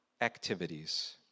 activities